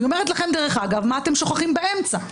אני אומרת לכם, דרך אגב, מה אתם שוכחים באמצע.